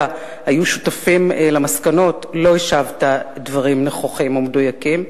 היו שותפים למסקנות לא השבת דברים נכוחים ומדויקים,